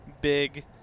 big